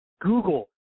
Google